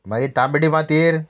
मागीर तांबडी मातयेर